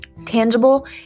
tangible